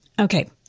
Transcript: Okay